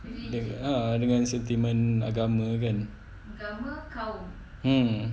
a'ah dengan sentiment agama kan mm